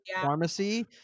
pharmacy